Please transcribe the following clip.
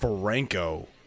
Franco